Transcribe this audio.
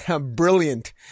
brilliant